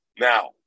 Now